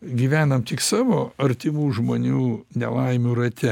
gyvenam tik savo artimų žmonių nelaimių rate